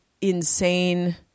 insane